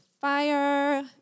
fire